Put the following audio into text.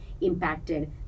impacted